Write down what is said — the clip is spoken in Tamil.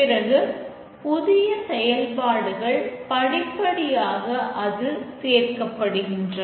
பிறகு புதிய செயல்பாடுகள் படிப்படியாக அதில் சேர்க்கப்படுகின்றன